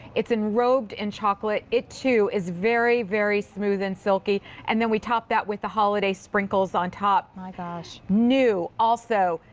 it's enrobed in chocolate. it, too, is very, very smooth and silky. and we top that with the holiday sprinkles on top. my gosh. new also,